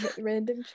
Random